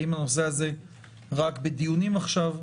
האם הנושא הזה רק בדיונים עכשיו?